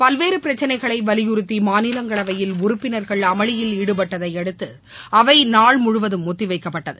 பல்வேறபிரச்சளைகளைவலியுறுத்திமாநிலங்களவையில் உறுப்பினர்கள் அமளியில் ஈடுபட்டதையடுத்து அவைநாள் முழுவதும் ஒத்திவைக்கப்பட்டது